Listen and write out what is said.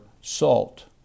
salt